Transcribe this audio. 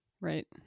Right